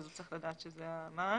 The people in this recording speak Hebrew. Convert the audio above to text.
הוא צריך לדעתך שזה המען.